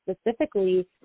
specifically